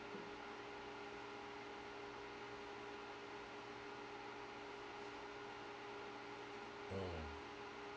mm